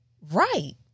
Right